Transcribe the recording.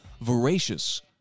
voracious